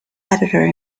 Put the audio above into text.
editor